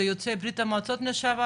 זה יוצאי בריה"מ לשעבר,